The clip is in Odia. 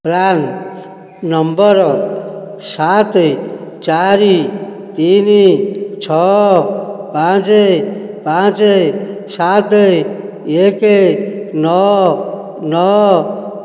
ପ୍ରାନ୍ ନମ୍ବର ସାତ ଚାରି ତିନି ଛଅ ପାଞ୍ଚ ପାଞ୍ଚ ସାତ ଏକ ନଅ ନଅ